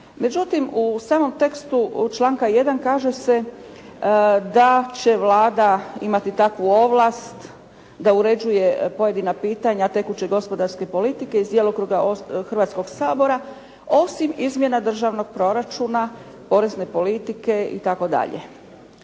Međutim u samom tekstu članka 1. kaže se da će Vlada imati takvu ovlast da uređuje pojedina pitanja tekuće gospodarske politike iz djelokruga Hrvatskog sabora osim izmjena državnog proračuna, porezne politike itd.